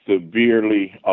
severely